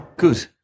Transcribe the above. Good